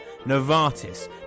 Novartis